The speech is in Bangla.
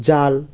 জাল